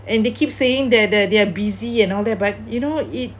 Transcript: and they keep saying that they are busy and all that but you know it